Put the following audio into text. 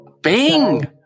Bing